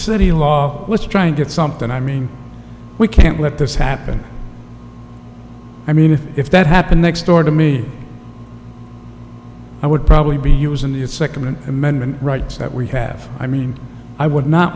city law let's try and get something i mean we can't let this happen i mean if if that happened next door to me i would probably be using the second amendment rights that we have i mean i would not